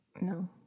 No